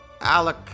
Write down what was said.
Alec